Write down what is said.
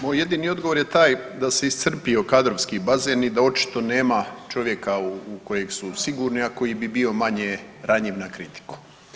Moj jedini odgovor je taj da se iscrpio kadrovski bazen i da očito nema čovjeka u kojeg su sigurni a koji bi bio manje ranjiv na kritiku.